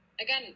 again